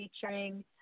featuring